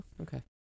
okay